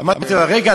אמרתי: רגע,